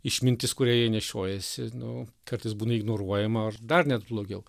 išmintis kurią jie nešiojasi nu kartais būna ignoruojama ar dar net blogiau